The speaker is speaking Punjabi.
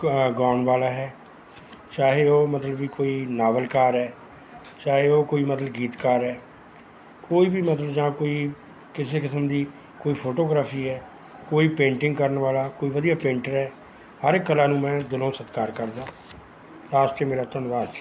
ਗ ਗਾਉਣ ਵਾਲਾ ਹੈ ਚਾਹੇ ਉਹ ਮਤਲਬ ਕਿ ਕੋਈ ਨਾਵਲਕਾਰ ਹੈ ਚਾਹੇ ਉਹ ਕੋਈ ਮਤਲਬ ਗੀਤਕਾਰ ਹੈ ਕੋਈ ਵੀ ਮਤਲਬ ਜਾਂ ਕੋਈ ਕਿਸੇ ਕਿਸਮ ਦੀ ਕੋਈ ਫੋਟੋਗ੍ਰਾਫੀ ਹੈ ਕੋਈ ਪੇਂਟਿੰਗ ਕਰਨ ਵਾਲਾ ਕੋਈ ਵਧੀਆ ਪੇਂਟਰ ਹੈ ਹਰ ਇੱਕ ਕਲਾ ਨੂੰ ਮੈਂ ਦਿਲੋਂ ਸਤਿਕਾਰ ਕਰਦਾ ਆਸ 'ਤੇ ਮੇਰਾ ਧੰਨਵਾਦ ਜੀ